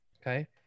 Okay